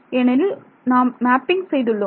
ஏனெனில் நாம் மேப்பிங் செய்துள்ளோம்